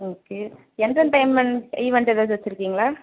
okay எந்த time and event ஏதாவது வச்சிருக்கீங்களா